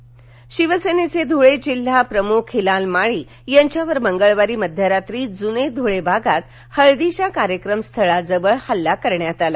हल्ला धळे शिवसेनेचे धूळे जिल्हा प्रमुख हिलाल माळी यांच्यावर मंगळवारी मध्यरात्री जूने धूळे भागात हळदीच्या कार्यक्रम स्थळाजवळ हल्ला करण्यात आला